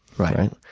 right.